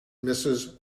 mrs